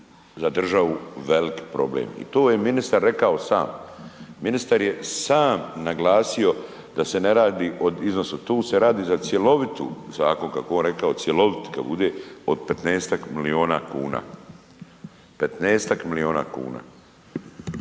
za državu velik problem i to je ministar rekao sam, ministar je sam naglasio da se ne radi o iznosu, tu se radi za cjelovitu, zakon kako je on rekao cjelovit kad bude, od 15-tak milijuna kuna, 15-tak milijuna kuna.